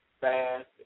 fast